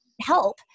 help